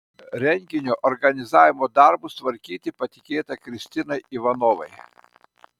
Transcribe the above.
renginio organizavimo darbus tvarkyti patikėta kristinai ivanovai